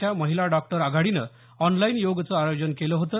च्या महिला डॉक्टरांनी ऑनलाईन योगचं आयोजन केलं होतं